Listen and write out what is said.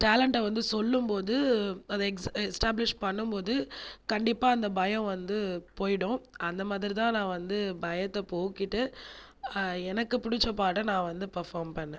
டேலேண்ட்டை வந்து சொல்லும் போது அதை எஸ்டாபிளிஷ் பண்ணும் போது கண்டிப்பாக அந்த பயம் வந்து போயிடும் அந்த மாதிரி தான் நான் வந்து பயத்தை போக்கிட்டு எனக்கு பிடிச்ச பாட்டை நான் வந்து பெர்ஃபார்ம் பண்ணேன்